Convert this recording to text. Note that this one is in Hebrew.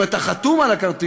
אם אתה חתום על הכרטיס,